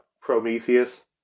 Prometheus